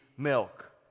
Milk